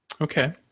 okay